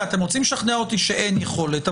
אתם רוצים לשכנע אותי שאין יכולת,